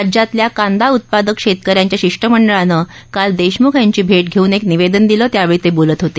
राज्यातल्या कांदा उत्पादक शेतकऱ्यांच्या शिष्टमंडळान काल देशमुख यांची भेट घेऊन एक निवेदन दिलं त्यावेळी ते बोलत होते